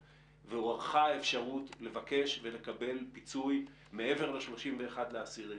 האפשרות לבקש ולקבל פיצוי מעבר ל-31 באוקטובר.